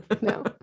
No